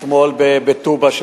אתמול בטובא,